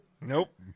Nope